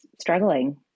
struggling